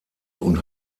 und